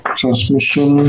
transmission